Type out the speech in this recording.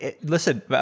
Listen